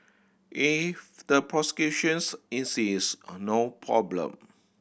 if the prosecutions insist on no problem